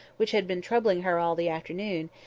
which had been troubling her all the afternoon,